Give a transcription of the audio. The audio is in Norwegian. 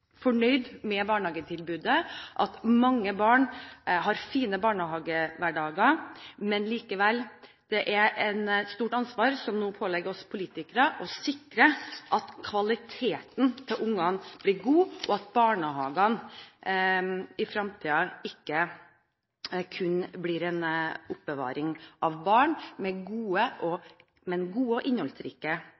fornøyd med barnhagetilbudet, og at mange barn har fine barnehagehverdager. Men det er et stort ansvar som påligger oss politikere; å sikre at kvaliteten for ungene blir god, og at barnehagene i fremtiden ikke kun blir oppbevaring av barn, men gir ungene gode og innholdsrike barnehagedager. Høyres utgangspunkt er at alle barn er forskjellige, og